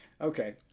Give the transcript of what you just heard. Okay